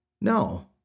No